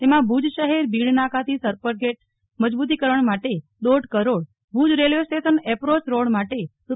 તેમાં ભુજ શહેર ભીડ નાકા થી સરપટ ગેટ મજબુતીકરણ માટે દોઢ crore Bhuj railway station approach road માટે રૂ